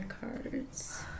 cards